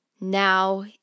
now